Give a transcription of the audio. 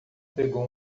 pegou